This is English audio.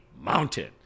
mountain